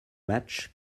match